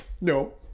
no